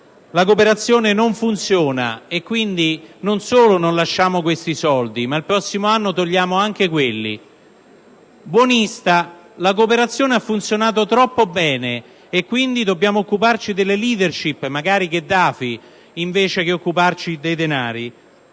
«La cooperazione non funziona, e quindi non solo non lasciamo questi soldi, ma il prossimo anno togliamo anche quelli»; buonista: «La cooperazione ha funzionato troppo bene e quindi dobbiamo occuparci delle *leadership*, magari di Gheddafi, invece che occuparci dei denari»;